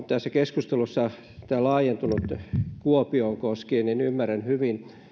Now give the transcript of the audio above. tässä keskustelussa tämä on laajentunut kuopiota koskien ymmärrän hyvin